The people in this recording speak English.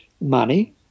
money